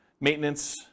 maintenance